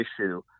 issue